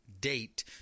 date